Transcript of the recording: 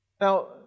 Now